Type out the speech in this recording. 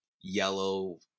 yellow